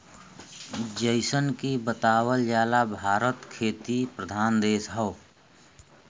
जइसन की बतावल जाला भारत खेती प्रधान देश हौ